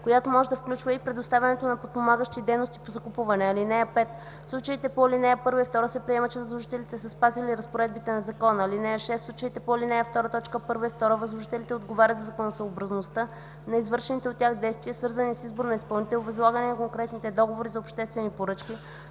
която може да включва и предоставянето на подпомагащи дейности по закупуване. (5) В случаите по ал. 1 и 2 се приема, че възложителите са спазили разпоредбите на закона. (6) В случаите по ал. 2, т. 1 и 2 възложителите отговарят за законосъобразността на извършваните от тях действия, свързани с избор на изпълнител и възлагане на конкретните договори за обществени поръчки